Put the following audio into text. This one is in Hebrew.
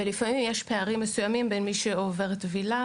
ולפעמים יש פערים מסוימים בין מי שעובר טבילה